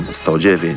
109